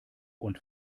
und